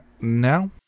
now